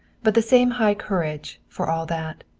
but the same high courage, for all that.